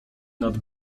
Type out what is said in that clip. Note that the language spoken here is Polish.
nad